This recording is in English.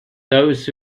those